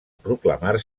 proclamar